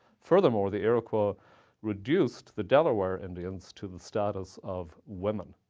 furthermore, the iroquois reduced the delaware indians to the status of women.